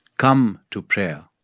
come to prayer.